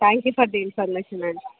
thank you for the information అండి